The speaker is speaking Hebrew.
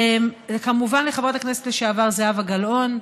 וכמובן, לחברת הכנסת לשעבר זהבה גלאון.